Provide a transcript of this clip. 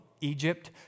Egypt